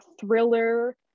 thriller